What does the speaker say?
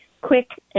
quick